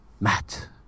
Matt